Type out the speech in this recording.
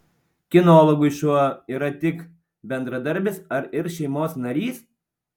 kinologui šuo yra tik bendradarbis ar ir šeimos narys